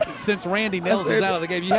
since randy nails is out of the game yeah